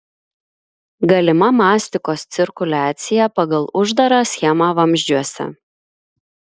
galima mastikos cirkuliacija pagal uždarą schemą vamzdžiuose